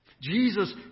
Jesus